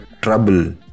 trouble